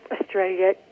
Australia